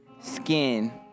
Skin